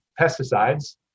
pesticides